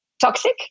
toxic